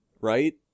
right